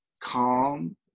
calm